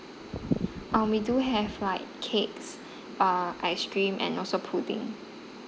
um we do have like cakes uh ice cream and also pudding